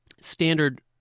standard